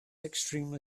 extremely